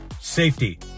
safety